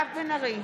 מירב בן ארי,